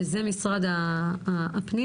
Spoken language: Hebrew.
שזה משרד הפנים,